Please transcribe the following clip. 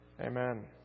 Amen